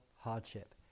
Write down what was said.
hardship